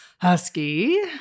husky